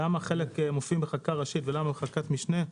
למה חלק מופיעים בחקיקה ראשית וחלק בחקיקת משנה?